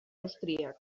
austríac